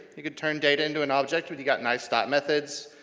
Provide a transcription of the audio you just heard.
you can turn data into an object when you got nice dot methods.